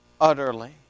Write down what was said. utterly